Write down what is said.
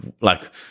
like-